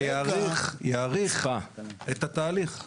שייבנה יאריך את התהליך.